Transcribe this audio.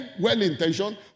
well-intentioned